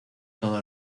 todo